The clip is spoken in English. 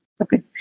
Okay